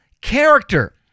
character